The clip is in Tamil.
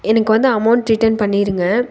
எனக்கு வந்து அமௌண்ட் ரிட்டன் பண்ணிடுங்க